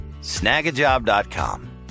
Snagajob.com